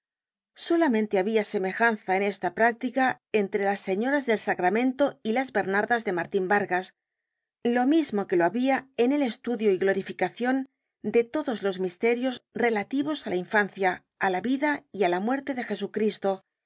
solamente habia semejanza en esta práctica entre las señoras del sacramento y las bernardas de martin vargas lo mismo que la habia en el estudio y glorificacion de todos los misterios relativos á la infancia á la vida y á la muerte de jesucristo